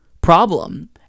problem